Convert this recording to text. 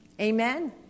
Amen